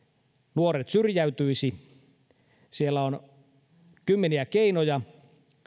nuoret syrjäytyisi siellä on kymmeniä keinoja